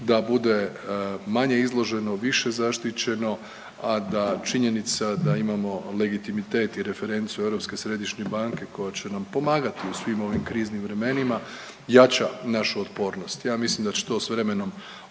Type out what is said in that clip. da bude manje izložena u više zaštićeno, a da činjenica da imamo legitimitet i referencu Europske središnje banke koja će nam pomagati u svim ovim kriznim vremenima jača našu otpornost. Ja mislim da će to s vremenom